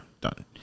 done